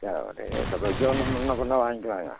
ஏங்க ரேட்டு கொஞ்சோண்டு முன்னேப் பின்னே வாங்க்கிலாங்க